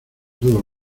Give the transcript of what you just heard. todo